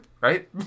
Right